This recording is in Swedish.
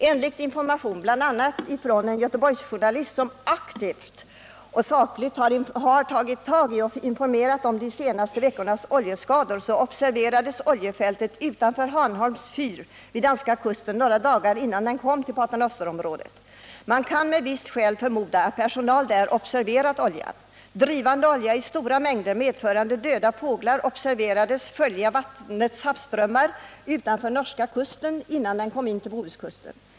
Enligt information bl.a. från en Göteborgsjournalist som aktivt och sakligt har tagit tag i och informerat om de senaste veckornas oljeskador, observerades oljefältet utanför Hanholms fyr vid danska kusten några dagar innan det kom till Pater Nosterområdet. Man kan med visst skäl förmoda att personal där observerat oljan. Drivande olja i stora mängder medförande döda fåglar observerades följa i havsströmmen utanför norska kusten innan den kom in till Bohuskusten.